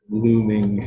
looming